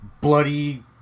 bloody